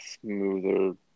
smoother